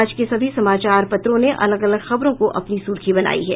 आज के सभी समाचार पत्रों ने अलग अलग खबरों को अपनी सुर्खी बनायी है